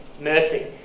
mercy